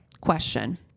question